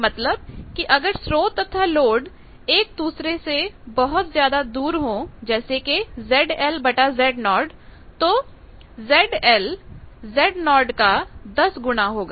मतलब कि अगर स्रोत तथा लोड एक दूसरे से बहुत ज्यादा दूर हो जैसे कि ZL Z0 तो ZL Zo का 10 गुना होगा